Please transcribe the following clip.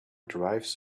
drives